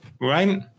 right